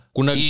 Kuna